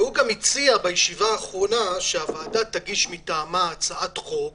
הוא הציע בישיבה האחרונה שהוועדה תגיש מטעמה הצעת חוק